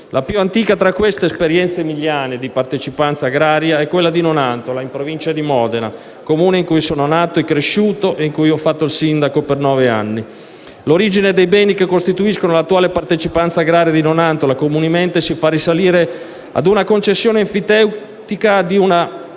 La più antica tra queste esperienze emiliane di partecipanza agraria è quella di Nonantola, in Provincia di Modena, Comune in cui sono nato e cresciuto e in cui ho fatto il sindaco per nove anni. L'origine dei beni che costituiscono l'attuale Partecipanza agraria di Nonantola comunemente si fa risalire ad una concessione enfiteutica di una